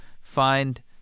find